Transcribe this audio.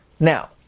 Now